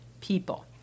people